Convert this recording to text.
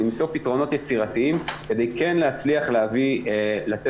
למצוא פתרונות יצירתיים כדי כן להצליח לתת